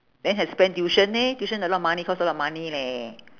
then have spend tuition leh tuition a lot money cost a lot money leh